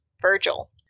virgil